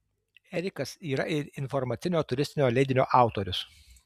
erikas yra ir informacinio turistinio leidinio autorius